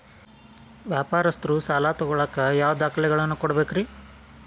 ವ್ಯಾಪಾರಸ್ಥರು ಸಾಲ ತಗೋಳಾಕ್ ಯಾವ ದಾಖಲೆಗಳನ್ನ ಕೊಡಬೇಕ್ರಿ?